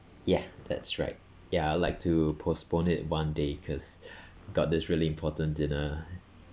ya that's right ya I'd like to postpone it one day cause got this really important dinner